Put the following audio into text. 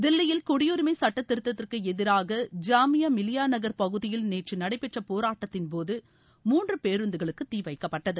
தில்லியில் குடியுரிமை சட்டத்திருத்தத்திற்கு எதிராக ஜாமியா மிலியா நகர் பகுதியில் நேற்று நடைபெற்ற போராட்டத்தின்போது மூன்று பேருந்துகளுக்கு தீ வைக்கப்பட்டது